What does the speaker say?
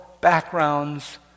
backgrounds